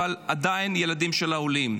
אבל עדיין ילדים של עולים.